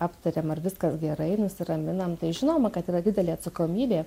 aptariam ar viskas gerai nusiraminam tai žinoma kad yra didelė atsakomybė